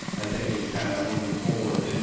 i think, in kind of moving forward. and